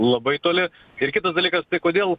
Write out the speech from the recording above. labai toli ir kitas dalykas tai kodėl